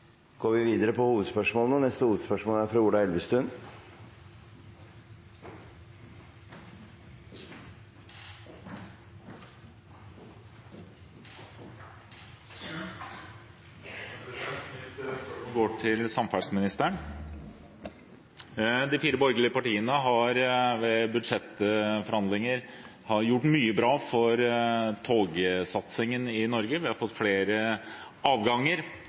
går vi videre til neste hovedspørsmål. Mitt spørsmål går til samferdselsministeren. De fire borgerlige partiene har ved budsjettforhandlinger gjort mye bra for togsatsingen i Norge. Vi har fått flere avganger,